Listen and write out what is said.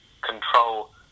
control